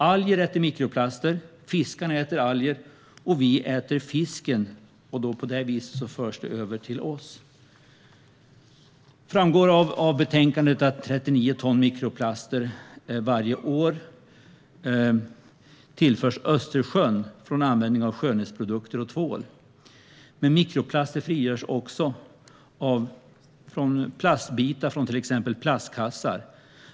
Alger äter mikroplaster, fiskarna äter alger och vi äter fisken. På det viset förs detta över till oss. Det framgår av betänkandet att 39 ton mikroplaster varje år tillförs Östersjön från användning av skönhetsprodukter och tvål. Men mikroplaster frigörs också från plastbitar från till exempel plastkassar.